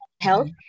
Health